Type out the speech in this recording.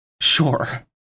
Sure